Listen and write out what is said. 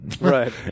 Right